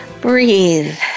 breathe